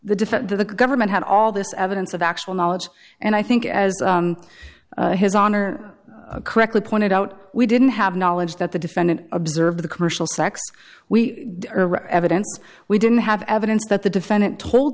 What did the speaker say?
defense the government had all this evidence of actual knowledge and i think as his honor correctly pointed out we didn't have knowledge that the defendant observed the commercial sex we are evidence we didn't have evidence that the defendant told